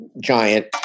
giant